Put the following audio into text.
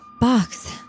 box